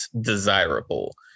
desirable